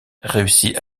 réussit